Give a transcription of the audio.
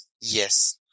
Yes